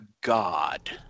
god